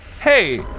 Hey